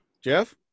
Jeff